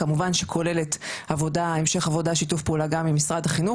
כמובן שכוללת המשך עבודה ושיתוף פעולה גם עם משרד החינוך.